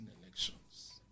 elections